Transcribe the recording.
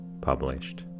published